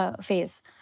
phase